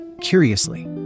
Curiously